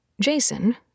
Jason